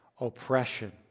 oppression